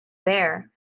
bear